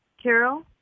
Carol